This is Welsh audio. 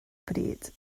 bryd